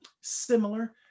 similar